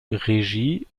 regie